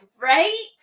Right